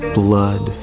blood